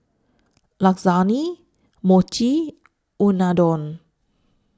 Lasagne Mochi Unadon